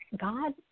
God